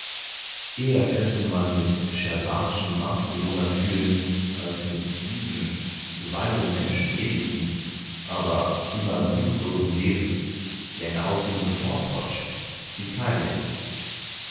eher könnte man mit scheerbartschen marsbewohnern fühlen als mit diesen zuweilen menschenähnlichen aber immer blutlosen wesen die eine ausdehnung vortäuschen die keine ist